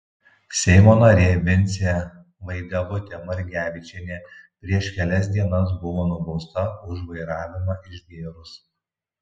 seimo narė vincė vaidevutė margevičienė prieš kelias dienas buvo nubausta už vairavimą išgėrus